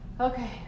Okay